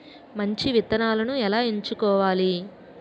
మంచి విత్తనాలను ఎలా ఎంచుకోవాలి?